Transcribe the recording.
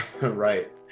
Right